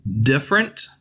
different